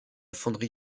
fonderie